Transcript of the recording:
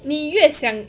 你越想